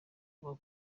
kuba